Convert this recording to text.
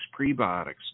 prebiotics